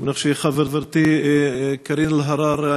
ואת חברתי קארין אלהרר,